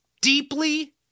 deeply